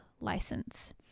license